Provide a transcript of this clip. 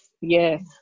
yes